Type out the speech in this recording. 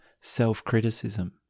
self-criticism